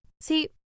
See